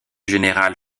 général